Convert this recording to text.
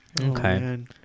okay